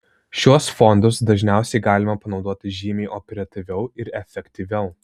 šiuos fondus dažniausiai galima panaudoti žymiai operatyviau ir efektyviau